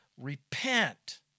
repent